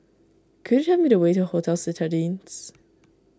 could you tell me the way to Hotel Citadines